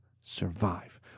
survive